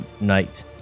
Night